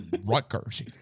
Rutgers